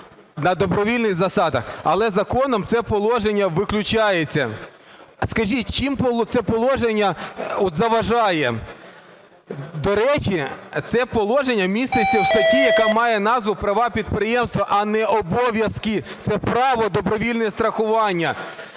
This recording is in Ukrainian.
на добровільних засадах. Але законом це положення виключається. Скажіть, чим це положення заважає? До речі, це положення міститься у статті, яка має назву "Права підприємств", а не обов'язки. Це право – добровільне страхування.